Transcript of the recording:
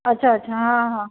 अच्छा अच्छा हा हा